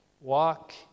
walk